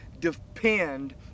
depend